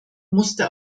musste